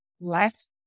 left